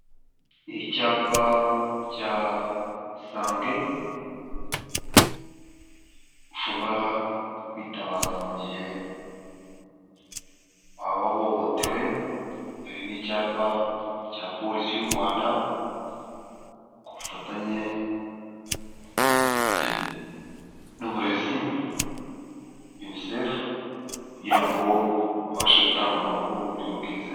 Icyapa cya isange, ushobora kwitabaza mu gihe wahohotewe; hari n'icyapa cya Polisi y'u Rwanda ku bufatanye n'uburezi, yunicefu kugira ngo babashe gutanga amakuru mu buryo bwizewe.